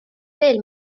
veel